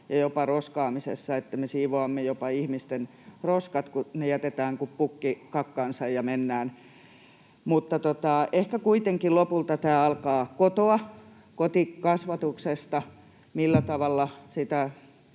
ja jopa roskaamisessa, kun me siivoamme jopa ihmisten roskat, kun ne jätetään kuin pukki kakkansa ja mennään. Ehkä kuitenkin lopulta tämä alkaa kotoa, kotikasvatuksesta, millä tavalla